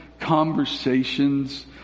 conversations